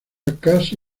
casi